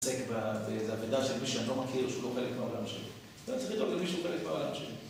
זה עבודה של מישהו שאתה לא מכיר, שהוא לא חלק מהעולם שלך. אתה צריך לדאוג למישהו שהוא חלק מהעולם שלך.